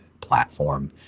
platform